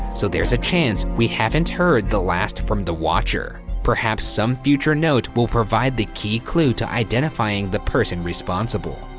so there's a chance we haven't heard the last from the watcher. perhaps some future note will provide the key clue to identifying the person responsible.